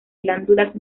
glándulas